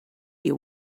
you